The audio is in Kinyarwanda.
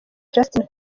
justin